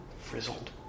frizzled